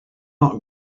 not